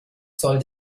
zoll